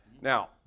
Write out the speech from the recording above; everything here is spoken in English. Now